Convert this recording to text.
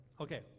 Okay